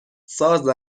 ساز